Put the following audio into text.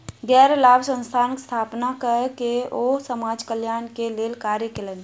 गैर लाभ संस्थानक स्थापना कय के ओ समाज कल्याण के लेल कार्य कयलैन